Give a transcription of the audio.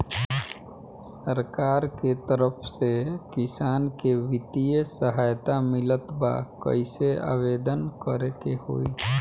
सरकार के तरफ से किसान के बितिय सहायता मिलत बा कइसे आवेदन करे के होई?